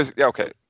okay